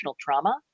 trauma